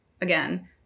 again